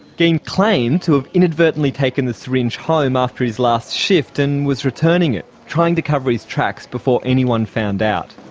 geen claimed to have inadvertently taken the syringe home after his last shift and was returning it, trying to cover his tracks before anyone found out.